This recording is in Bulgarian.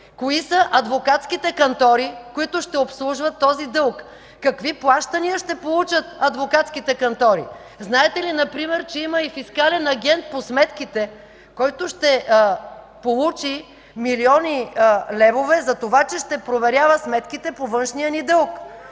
Кои са адвокатските кантори, които ще обслужват този дълг? Какви плащания ще получат адвокатските кантори? Знаете ли, например, че има фискален агент по сметките, който ще получи милиони левове за това, че ще проверява сметките по външния ни дълг?